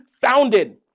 founded